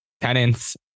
tenants